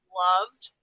loved